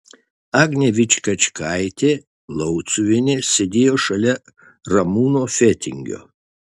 agnė vičkačkaitė lauciuvienė sėdėjo šalia ramūno fetingio